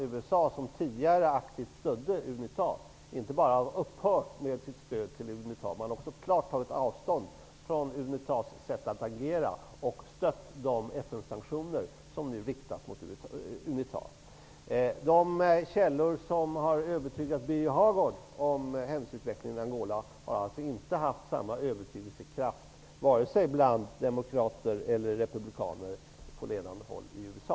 USA, som tidigare aktivt stödde Unita, har inte bara upphört med sitt stöd utan också klart tagit avstånd från Unitas sätt att agera och stött de FN-sanktioner som nu riktas mot De källor som har övertygat Birger Hagård om händelseutvecklingen i Angola har alltså inte haft samma övertygelsekraft vare sig på demokrater eller på republikaner på ledande håll i USA.